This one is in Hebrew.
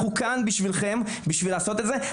אנחנו כאן בשבילכם בשביל לעשות את זה,